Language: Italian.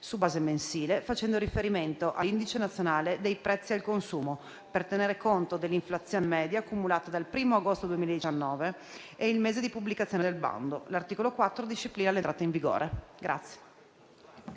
su base mensile, facendo riferimento all'indice nazionale dei prezzi al consumo, per tenere conto dell'inflazione media cumulata tra il 1° agosto 2019 e il mese di pubblicazione del bando. L'articolo 4 disciplina l'entrata in vigore del